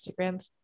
Instagram